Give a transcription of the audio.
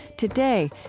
today,